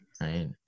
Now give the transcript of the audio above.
Right